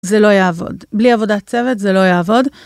זה לא יעבוד. בלי עבודת צוות זה לא יעבוד.